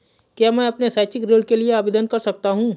क्या मैं अपने शैक्षिक ऋण के लिए आवेदन कर सकता हूँ?